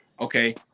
okay